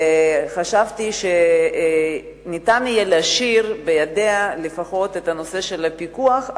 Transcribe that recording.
וחשבתי שאפשר יהיה להשאיר בידיה לפחות את הנושא של הפיקוח,